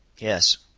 yes.